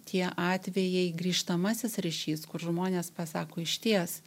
tie atvejai grįžtamasis ryšys kur žmonės pasako išties